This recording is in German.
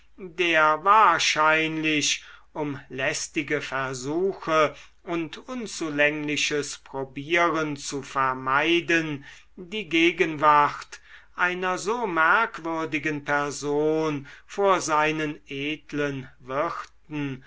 der wahrscheinlich um lästige versuche und unzulängliches probieren zu vermeiden die gegenwart einer so merkwürdigen person vor seinen edlen wirten